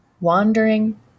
wandering